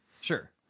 Sure